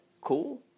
cool